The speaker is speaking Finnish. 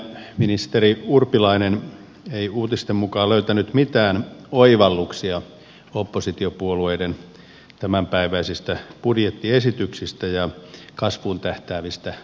valtiovarainministeri urpilainen ei uutisten mukaan löytänyt mitään oivalluksia oppositiopuolueiden tämänpäiväisistä budjettiesityksistä ja kasvuun tähtäävistä rakenneuudistuksista